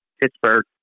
Pittsburgh